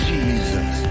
Jesus